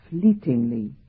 fleetingly